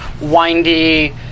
windy